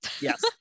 Yes